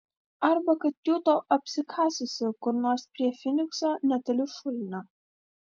arba kad kiūto apsikasusi kur nors prie finikso netoli šulinio